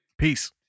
Peace